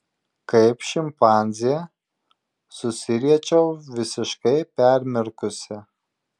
kaip šimpanzė susiriečiau visiškai permirkusi